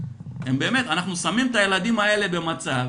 אנחנו שמים את הילדים האלה במצב